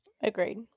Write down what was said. Agreed